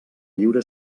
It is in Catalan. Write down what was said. lliure